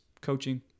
coaching